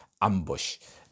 ambush